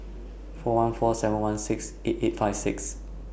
four one four seven one six eight eight five six